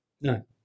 No